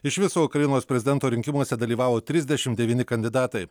iš viso ukrainos prezidento rinkimuose dalyvavo trisdešim devyni kandidatai